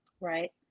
Right